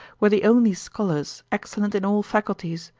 were the only scholars, excellent in all faculties.